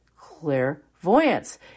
clairvoyance